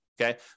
Okay